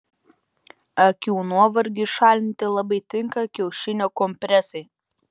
akių nuovargiui šalinti labai tinka kiaušinio kompresai